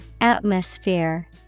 Atmosphere